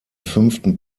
fünften